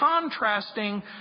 contrasting